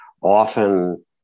often